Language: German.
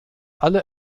alle